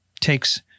takes